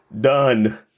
Done